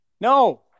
no